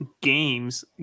games